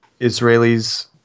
Israelis